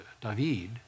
David